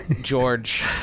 George